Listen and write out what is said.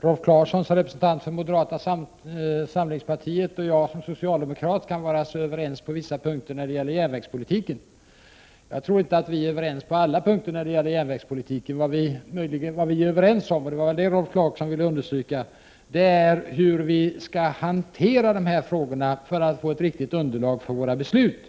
Rolf Clarkson som representant för moderata samlingspartiet och jag som socialdemokrat kan vara överens på vissa punkter när det gäller järnvägspolitiken. Jag tror inte att vi är överens på alla punkter när det gäller järnvägspolitiken. Vad vi är överens om, och det var nog det Rolf Clarkson ville understryka, är hur vi skall hantera frågorna för att vi skall få ett riktigt underlag för våra beslut.